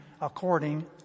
according